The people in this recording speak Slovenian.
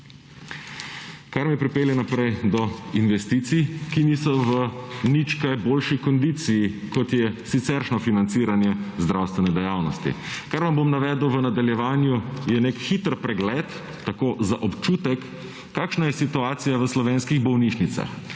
Kar me pripelje naprej do investicij, ki niso v nič kaj boljši kondiciji kot je siceršnje financiranje zdravstvene dejavnosti. Kar vam bom navedel v nadaljevanju, je nek hiter pregled, tako za občutek, kakšna je situacija v slovenskih bolnišnicah.